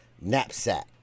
Knapsack